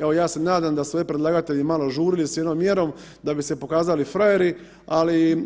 Evo ja se nadam da su ovdje predlagatelji malo žurili s jednom mjerom da bi se pokazali frajeri, ali